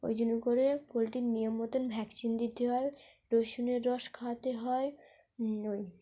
ওই জন্য করে পোলট্রির নিয়ম মতন ভ্যাকসিন দিতে হয় রসুনের রস খাওয়াতে হয় ওই